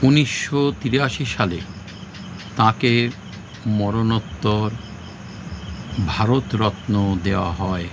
উনিশশো তিরাশি সালে তাঁকে মরণোত্তর ভারতরত্ন দেওয়া হয়